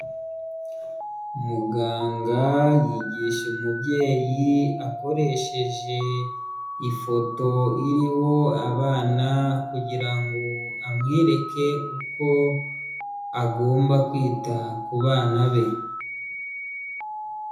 Muganga yigisha umubyeyi, akoresheje ifoto iriho abana kugira ngo amwereke uko agomba kwita ku bana be.